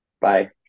Bye